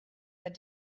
that